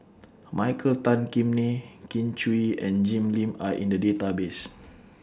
Michael Tan Kim Nei Kin Chui and Jim Lim Are in The Database